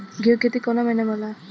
गेहूँ के खेती कवना महीना में होला?